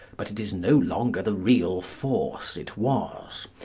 but it is no longer the real force it was.